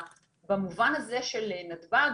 במובן הזה של נתב"ג,